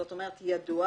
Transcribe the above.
זאת אומרת ידוע,